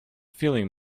feeling